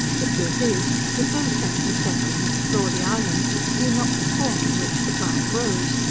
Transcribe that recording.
the truth is, that those sent to settle and explore the island knew not the form in which the plant grows,